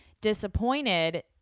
disappointed